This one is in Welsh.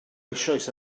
eisoes